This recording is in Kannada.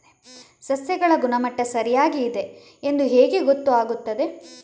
ಸಸ್ಯಗಳ ಗುಣಮಟ್ಟ ಸರಿಯಾಗಿ ಇದೆ ಎಂದು ಹೇಗೆ ಗೊತ್ತು ಆಗುತ್ತದೆ?